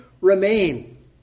remain